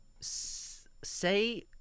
say